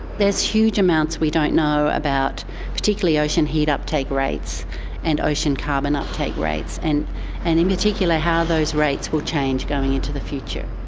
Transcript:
there's huge amounts we don't about particularly ocean heat uptake rates and ocean carbon uptake rates and and in particular how those rates will change going into the future.